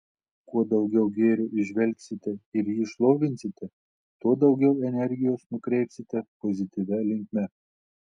kuo daugiau gėrio įžvelgsite ir jį šlovinsite tuo daugiau energijos nukreipsite pozityvia linkme